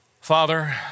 Father